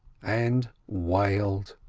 and wailed.